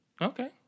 Okay